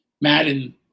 madden